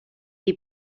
die